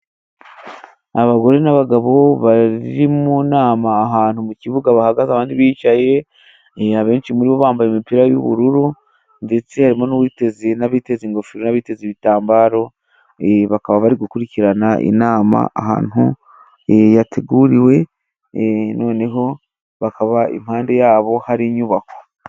Abagore n'abagabo bari mu nama ahantu mu kibuga bahagaze abandi bicaye, abenshi muri bo bambaye imipira y'ubururu, ndetse harimo n'uwiteze, n'abiteza ingofero n'abiteze ibitambaro, bakaba bari gukurikirana inama ahantu yateguriwe, noneho bakaba impande yabo hari inyubako.